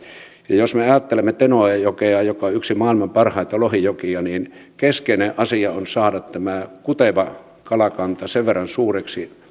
ja jos me ajattelemme tenojokea joka on yksi parhaita lohijokia niin keskeinen asia on saada tämä kuteva kalakanta sen verran suureksi